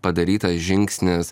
padarytas žingsnis